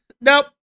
Nope